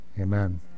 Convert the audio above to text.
amen